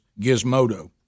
Gizmodo